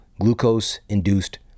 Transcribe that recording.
glucose-induced